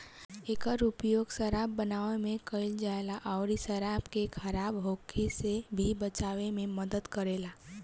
एकर उपयोग शराब बनावे में कईल जाला अउरी इ शराब के खराब होखे से भी बचावे में मदद करेला